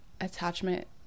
Attachment